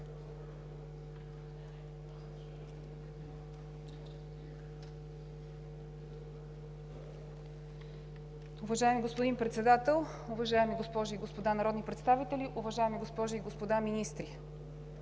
Уважаеми господин Председател, уважаеми госпожи и господа народни представители, уважаеми госпожи и господа министри!